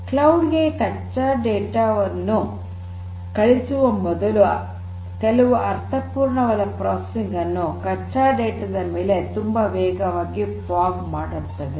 cloud ಗೆ ಕಚ್ಚಾ data ವನ್ನು ಕಳುಹಿಸುವ ಮೊದಲು ಕೆಲವು ಅರ್ಥಪೂರ್ಣವಾದ ಪ್ರೊಸೆಸಿಂಗ್ ಅನ್ನು ಕಚ್ಚಾ ಡೇಟಾ ಮೇಲೆ ತುಂಬಾ ವೇಗವಾಗಿ ಫಾಗ್ ಮಾಡುತ್ತದೆ